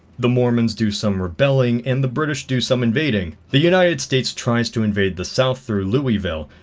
the mormons do some rebelling, and the british do some invading. the united states tries to invade the south through louisville.